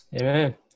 Amen